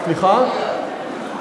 היא נוצרייה.